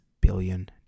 billion